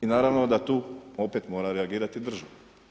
I naravno da tu opet mora reagirati država.